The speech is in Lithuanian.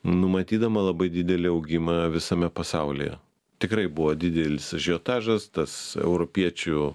numatydama labai didelį augimą visame pasaulyje tikrai buvo didelis ažiotažas tas europiečių